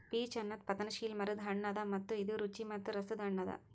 peach ಅನದ್ ಪತನಶೀಲ ಮರದ್ ಹಣ್ಣ ಅದಾ ಮತ್ತ ಇದು ರುಚಿ ಮತ್ತ ರಸದ್ ಹಣ್ಣ ಅದಾ